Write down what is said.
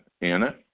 Anna